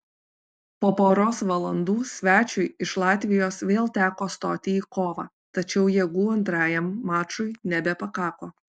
po poros valandų svečiui iš latvijos vėl teko stoti į kovą tačiau jėgų antrajam mačui nebepakako